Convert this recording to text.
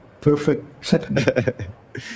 Perfect